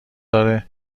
داره